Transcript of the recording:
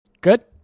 Good